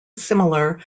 similar